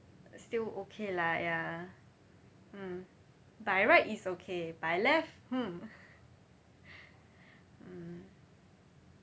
he's still okay lah ya mm by right it's okay by left mm mm